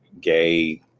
gay